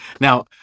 Now